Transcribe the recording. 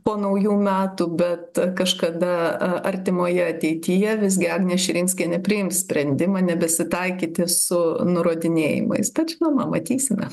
po naujų metų bet kažkada artimoje ateityje visgi agnė širinskienė priims sprendimą nebesitaikyti su nurodinėjimais tad žinoma matysime